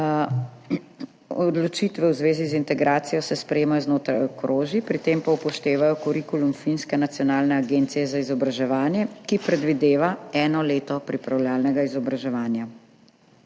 Odločitve v zvezi z integracijo se sprejemajo znotraj okrožij, pri tem pa upoštevajo kurikulum finske nacionalne agencije za izobraževanje, ki predvideva eno leto pripravljalnega izobraževanja.